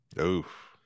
Oof